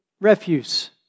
refuse